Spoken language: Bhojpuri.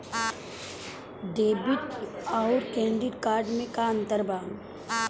डेबिट आउर क्रेडिट कार्ड मे का अंतर बा?